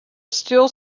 still